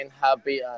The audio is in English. happy